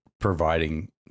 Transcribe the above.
providing